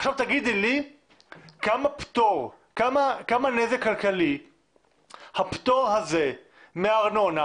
עכשיו תגידי לי כמה נזק כלכלי הפטור הזה מארנונה